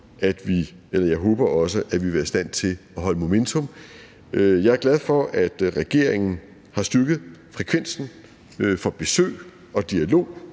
jeg håber også, at vi vil være i stand til at holde momentum. Jeg er glad for, at regeringen har styrket frekvensen for besøg og dialog